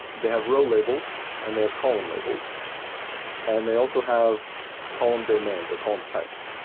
they have row labels and they have column labels and they also have column domains or column types.